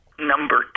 Number